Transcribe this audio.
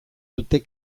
dute